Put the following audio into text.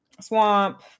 swamp